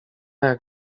jak